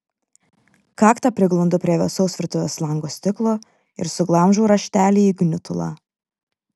kakta priglundu prie vėsaus virtuvės lango stiklo ir suglamžau raštelį į gniutulą